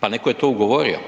pa neko je to ugovorio,